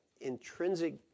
intrinsic